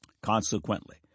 Consequently